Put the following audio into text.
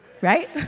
right